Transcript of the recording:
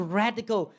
radical